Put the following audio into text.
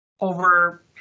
over